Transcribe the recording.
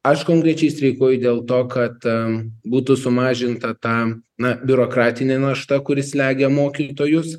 aš konkrečiai streikuoju dėl to kad būtų sumažinta ta na biurokratinė našta kuri slegia mokytojus